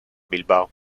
bilbao